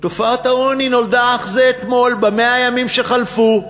תופעת העוני נולדה אך אתמול, ב-100 הימים שחלפו,